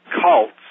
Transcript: cults